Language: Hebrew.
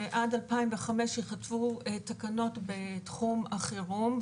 שעד 2005 ייכתבו תקנות בתחום החירום,